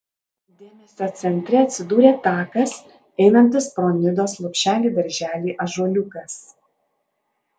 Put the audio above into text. dėmesio centre atsidūrė takas einantis pro nidos lopšelį darželį ąžuoliukas